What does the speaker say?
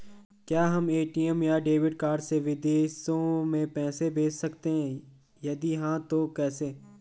क्या हम ए.टी.एम या डेबिट कार्ड से विदेशों में पैसे भेज सकते हैं यदि हाँ तो कैसे?